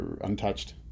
untouched